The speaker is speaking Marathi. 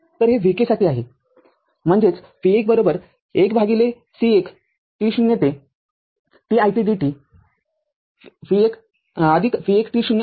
तरहे vk साठी आहेम्हणजेच v१ १C१ t0 ते t i it dt v१ t0आहे